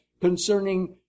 concerning